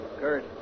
Kurt